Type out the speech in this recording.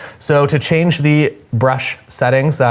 so to change the brush settings,